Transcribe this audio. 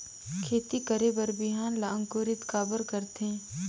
खेती करे बर बिहान ला अंकुरित काबर करथे?